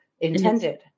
intended